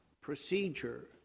procedure